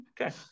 Okay